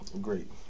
Great